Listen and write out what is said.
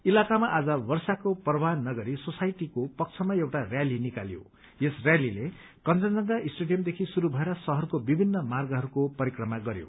इलाकामा आज वर्षाको पर्वाह नगरी सोसाइटीको पक्षमा एउटा रयाली निकालियो यस रयालीले कंचनजंघा स्टेडियमदेखि शुरू भएर शहरको विभिन्न मार्गहरूको परिक्रमा गरयो